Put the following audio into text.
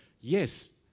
yes